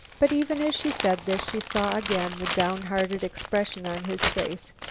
but even as she said this, she saw again the downhearted expression on his face,